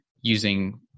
using